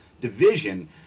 division—